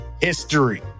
history